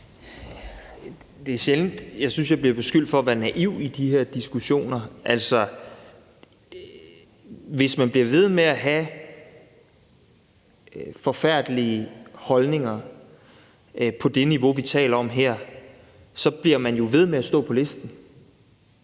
Det er sjældent, jeg synes, jeg bliver beskyldt for at være naiv i de her diskussioner. Hvis man bliver ved med at have forfærdelige holdninger på det niveau, vi taler om her, bliver man jo ved med at stå på listen.